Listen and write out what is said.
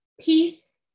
peace